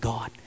God